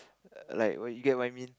like what you get what I meant